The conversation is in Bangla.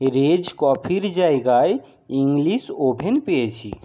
রেজ কফির জায়গায় ইংলিশ ওভেন পেয়েছি